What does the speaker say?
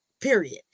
period